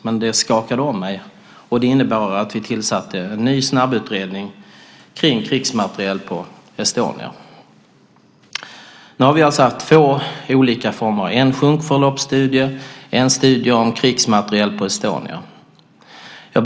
Men det skakade om mig, och det innebar att vi tillsatte en ny snabbutredning när det gäller krigsmateriel på Estonia. Nu har vi haft två olika studier, en sjunkförloppsstudie och en studie om krigsmateriel på Estonia.